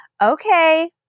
okay